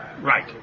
Right